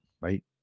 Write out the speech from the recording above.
right